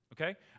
okay